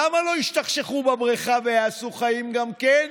למה לא ישתכשכו בבריכה ויעשו חיים גם כן?